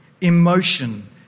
emotion